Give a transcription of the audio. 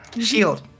shield